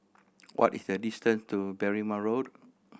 what is the distance to Berrima Road